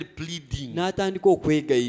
pleading